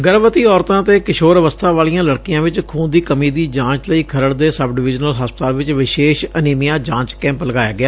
ਗਰਭਵੱਤੀ ਔਰਤਾਂ ਅਤੇ ਕਿਸ਼ੋਰ ਅਵਸਥਾ ਵਾਲੀਆਂ ਲਤਕੀਆਂ ਵਿਚ ਖੂਨ ਦੀ ਕਮੀ ਦੀ ਜਾਂਚ ਲਈ ਖਰੜ ਦੇ ਸਬ ਡਿਵੀਜ਼ਨਲ ਹਸਪਤਾਲ ਵਿਚ ਵਿਸ਼ੇਸ਼ ਅਨੀਮੀਆ ਜਾਂਚ ਕੈਂਪ ਲਗਾਇਆ ਗਿਆ